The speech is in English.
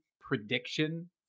prediction